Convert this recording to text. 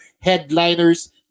headliners